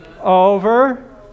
over